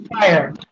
fire